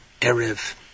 Erev